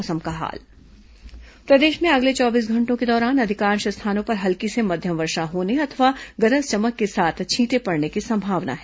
मौसम प्रदेश में अगले चौबीस घंटों के दौरान अधिकांश स्थानों पर हल्की से मध्यम वर्षा होने अथवा गरज चमक के साथ छींटे पड़ने की संभावना है